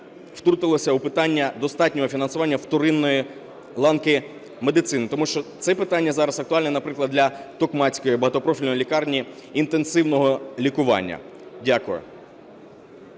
втрутилися у питання достатнього фінансування вторинної ланки медицини, тому що це питання зараз актуальне, наприклад, для Токмацької багатопрофільної лікарні інтенсивного лікування. Дякую.